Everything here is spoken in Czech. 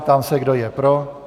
Ptám se, kdo je pro?